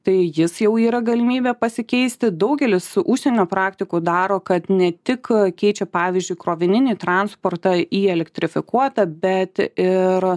tai jis jau yra galimybė pasikeisti daugelis užsienio praktikų daro kad ne tik keičia pavyzdžiui krovininį transportą į elektrifikuotą bet ir